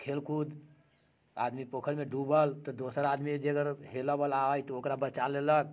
खेलकूद आदमी पोखरिमे डूबल तऽ दोसर आदमी जे अगर हेलऽवला अछि तऽ ओकरा बचा लेलक